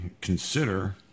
consider